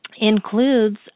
includes